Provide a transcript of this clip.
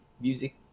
Music